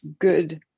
good